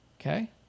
okay